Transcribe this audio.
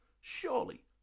surely